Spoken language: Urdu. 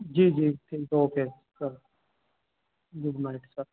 جی جی ٹھیک ہے اوکے سر گڈ نائٹ سر